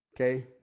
Okay